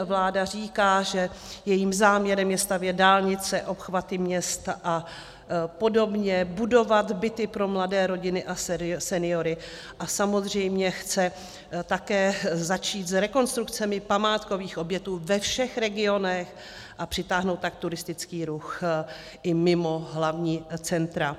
Vláda říká, že jejím záměrem je stavět dálnice, obchvaty měst a podobně, budovat byty pro mladé rodiny a seniory a samozřejmě chce také začít s rekonstrukcemi památkových objektů ve všech regionech, a přitáhnout tak turistický ruch i mimo hlavní centra.